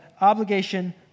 obligation